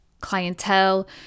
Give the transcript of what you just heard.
clientele